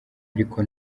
ariko